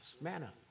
manna